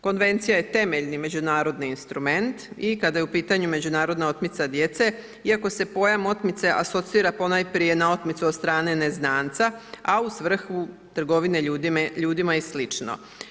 Konvencija je temeljni međunarodni instrument i kada je u pitanju međunarodna otmica djece iako se pojam otmice asocira ponajprije na otmicu od strane neznanca, a u svrhu trgovine ljudima i sl.